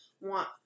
want